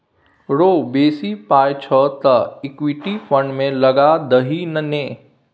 रौ बेसी पाय छौ तँ इक्विटी फंड मे लगा दही ने